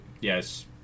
Yes